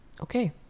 okay